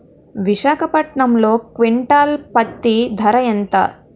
విశాఖపట్నంలో క్వింటాల్ పత్తి ధర ఎంత?